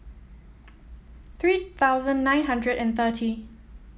three thousand nine hundred and thirty